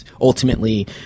ultimately